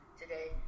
today